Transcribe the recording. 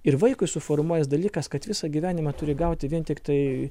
ir vaikui suformuojas dalykas kad visą gyvenimą turi gauti vien tiktai